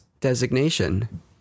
designation